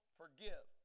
forgive